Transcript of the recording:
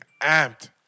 amped